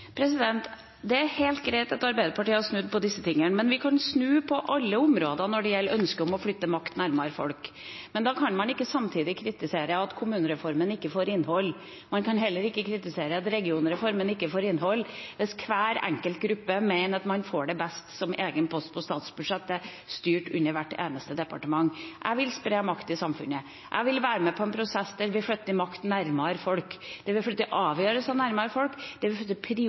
Det er helt greit at Arbeiderpartiet har snudd på dette. Man kan snu på alle områder når det gjelder ønsket om å flytte makt nærmere folk, men da kan man ikke samtidig kritisere at kommunereformen ikke får innhold. Man kan heller ikke kritisere at regionreformen ikke får innhold, hvis hver enkelt gruppe mener at man får det best som egen post på statsbudsjettet, styrt under hvert departement. Jeg vil spre makt i samfunnet, jeg vil være med på en prosess der vi flytter makt nærmere folk, der vi flytter avgjørelsene nærmere folk, der vi flytter prioriteringene nærmere folk.